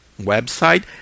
website